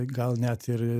gal net ir